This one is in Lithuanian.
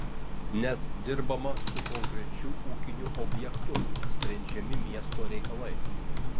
nes dirbama su konkrečiu ūkiniu objektu sprendžiami miesto reikalai